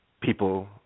people